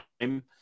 time